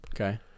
Okay